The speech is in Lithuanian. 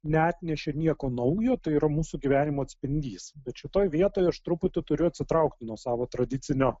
neatnešė nieko naujo tai yra mūsų gyvenimo atspindys bet šitoj vietoj aš truputį turiu atsitraukti nuo savo tradicinio